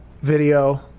video